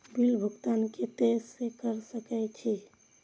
Bill भुगतान केते से कर सके छी?